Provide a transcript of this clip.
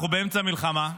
אנחנו באמצע מלחמה,